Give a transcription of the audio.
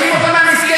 מוציאים אותם מהמסגרת.